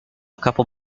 couple